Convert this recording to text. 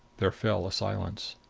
there fell a silence.